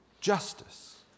justice